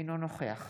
אינו נוכח